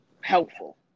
helpful